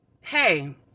Hey